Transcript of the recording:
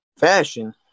Fashion